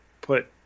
put